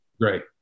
Great